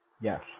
yes